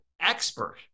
expert